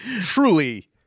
truly